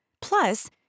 Plus